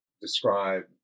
describe